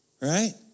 Right